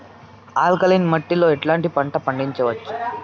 Alkaline మట్టి లో ఎట్లాంటి పంట పండించవచ్చు,?